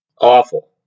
awful